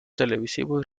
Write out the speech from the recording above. televisivos